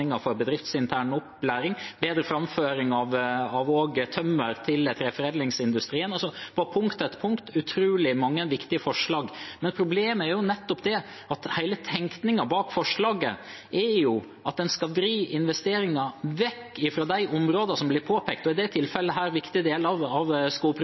for bedriftsintern opplæring, bedre framføring av tømmer til treforedlingsindustrien – punkt etter punkt med utrolig mange viktige forslag. Men problemet er nettopp det at hele tenkningen bak forslaget er at en skal vri investeringene vekk fra de områdene som blir påpekt, og i dette tilfellet viktige deler av